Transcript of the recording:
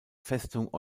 festung